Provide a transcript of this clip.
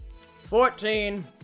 fourteen